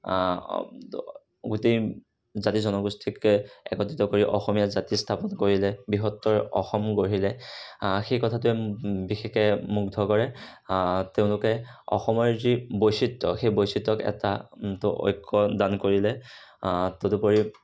গোটেই জাতি জনগোষ্ঠীকে একত্ৰিত কৰি অসমীয়া জাতি স্থাপন কৰিলে বৃহত্তৰ অসম গঢ়িলে সেই কথাটোৱে বিশেষকৈ মুগ্ধ কৰে তেওঁলোকে অসমৰ যি বৈচিত্ৰ্য সেই বৈচিত্ৰ্যত এটা ঐক্য দান কৰিলে তদুপৰি